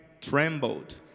trembled